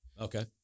Okay